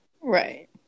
Right